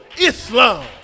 Islam